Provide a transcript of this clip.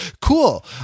cool